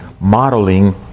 modeling